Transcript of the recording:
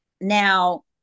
Now